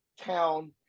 town